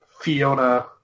Fiona